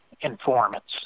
informants